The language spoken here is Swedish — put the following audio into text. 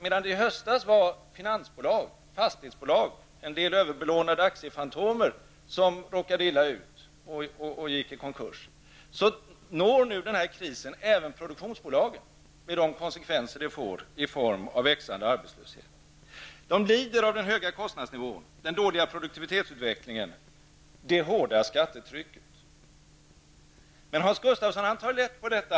Medan det i höstas var finansbolag, fastighetsbolag och en del överbelånade aktiefantomer som råkade illa ut och gick i konkurs når nu krisen även produktionsbolag med de konsekvenser det får i form av växande arbetslöshet. De lider av den höga kostnadsnivån, den dåliga produktivitetsutvecklingen och det hårda skattetrycket. Men Hans Gustafsson tar lätt på detta.